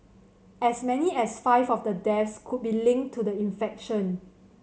as many as five of the deaths could be linked to the infection